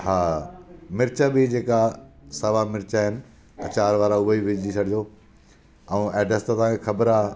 हा मिर्च बि जेका सावा मिर्च आहिनि अचार वारा उहे बि विझी छॾिजो ऐं एड्रेस त तव्हांखे ख़बर आहे